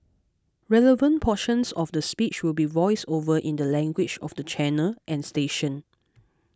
relevant portions of the speech will be voiced over in the language of the channel and station